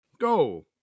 go